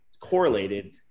correlated